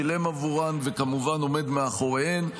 שילם עבורן וכמובן עומד מאחוריהן.